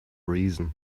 reason